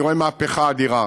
אני רואה מהפכה אדירה.